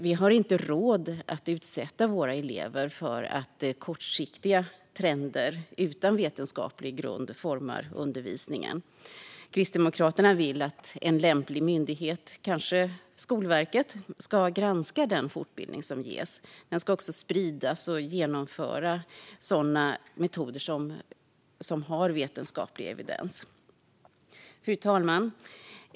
Vi har inte råd att utsätta våra elever för att kortsiktiga trender utan vetenskaplig grund formar undervisningen. Kristdemokraterna vill att en lämplig myndighet, kanske Skolverket, ska granska den fortbildning som ges. Den ska också spridas och använda metoder som har vetenskaplig evidens. Fru talman!